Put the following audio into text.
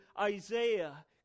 Isaiah